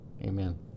Amen